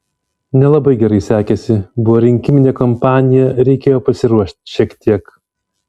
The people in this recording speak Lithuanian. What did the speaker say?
nelabai gerai sekėsi buvo rinkiminė kampanija reikėjo pasiruošt šiek tiek